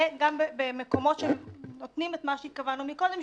במקומות שנותנים את מה שפירטנו קודם,